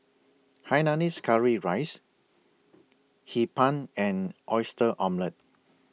Hainanese Curry Rice Hee Pan and Oyster Omelette